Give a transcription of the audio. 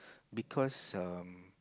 because um